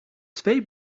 twee